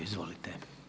Izvolite.